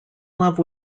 love